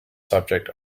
subject